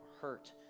hurt